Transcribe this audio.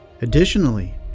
additionally